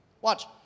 Watch